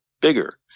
bigger